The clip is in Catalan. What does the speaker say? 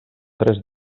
tres